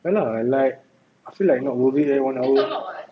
ya lah I like I feel like not worth it leh one hour